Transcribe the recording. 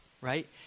right